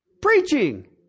Preaching